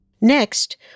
Next